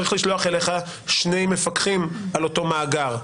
צריך לשלוח אליך שני מפקחים על אותו מאגר,